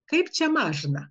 kaip čia mažna